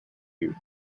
youth